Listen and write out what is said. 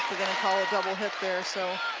we're going to call a double hit there. so